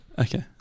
Okay